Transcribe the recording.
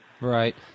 Right